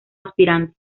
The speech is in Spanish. aspirante